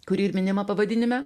kuri ir minima pavadinime